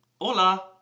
hola